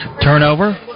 turnover